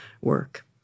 work